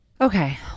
Okay